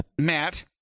Matt